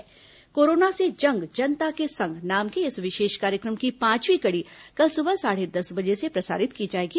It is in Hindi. कोरोना से जंग जनता के संग नाम के इस विशेष कार्यक्रम की पांचवीं कड़ी कल सुबह साढ़े दस बजे से प्रसारित की जाएगी